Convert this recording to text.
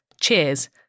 Cheers